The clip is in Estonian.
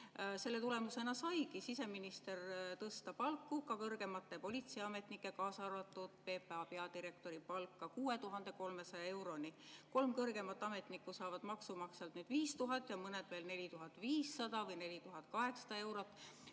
selle tulemusena saigi siseminister tõsta palku, ka kõrgematel politseiametnikel, kaasa arvatud PPA peadirektori palka 6300 euroni. Kolm kõrgemat ametnikku saavad maksumaksjalt nüüd 5000 ja veel mõned 4500 või 4800 eurot.